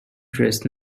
dressed